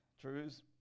truths